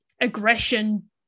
aggression